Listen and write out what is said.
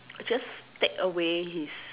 just take away his